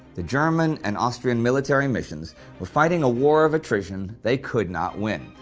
the german and austrian military missions were fighting a war of attrition they could not win.